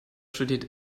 studiert